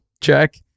check